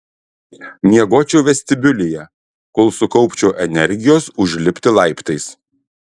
miegočiau vestibiulyje kol sukaupčiau energijos užlipti laiptais